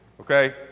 okay